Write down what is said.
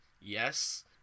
yes